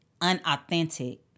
unauthentic